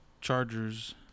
Chargers